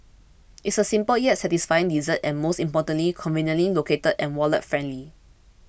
it's a simple yet satisfying dessert and most importantly conveniently located and wallet friendly